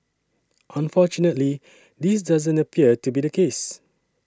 unfortunately this doesn't appear to be the case